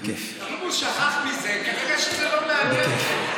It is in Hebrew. אם הוא שכח מזה כנראה שזה לא מעניין אותו.